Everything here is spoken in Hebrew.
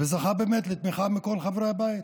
שזכה באמת לתמיכה מכל חברי הבית,